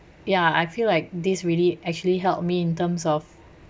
ya I feel like this really actually helped me in terms of